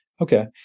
Okay